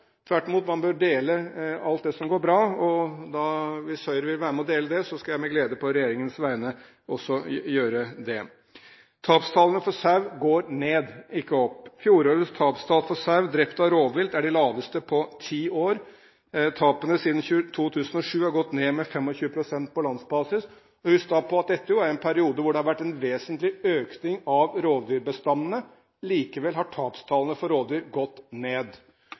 Tvert imot: Man bør dele alt det som går bra, og hvis Høyre vil være med og dele det, skal jeg med glede – på regjeringens vegne – også gjøre det. Tapstallene for sau går ned, ikke opp. Fjorårets tapstall for sauer drept av rovvilt er de laveste på ti år. Tapene er siden 2007 gått ned med 25 pst. på landsbasis. Husk da på at dette er i en periode da det har vært en vesentlig økning av rovdyrbestandene. Likevel har tapstallene gått ned.